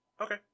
Okay